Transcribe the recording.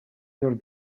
your